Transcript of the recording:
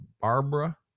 Barbara